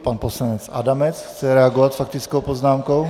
Pan poslanec Adamec chce reagovat s faktickou poznámkou.